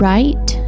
Right